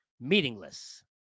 meaningless